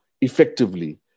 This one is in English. effectively